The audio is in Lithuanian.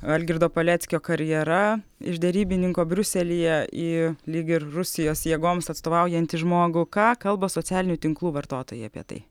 algirdo paleckio karjera iš derybininko briuselyje į lyg ir rusijos jėgoms atstovaujantį žmogų ką kalba socialinių tinklų vartotojai apie tai